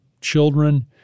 children